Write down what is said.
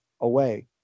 away